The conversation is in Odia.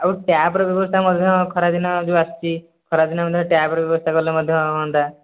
ଆଉ ଟ୍ୟାପ୍ର ବ୍ୟବସ୍ଥା ମଧ୍ୟ ଖରା ଦିନ ଯେଉଁ ଆସୁଛି ଖରା ଦିନ ମଧ୍ୟ ଟ୍ୟାପ୍ର ବ୍ୟବସ୍ଥା କଲେ ମଧ୍ୟ ହୁଅନ୍ତା